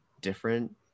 different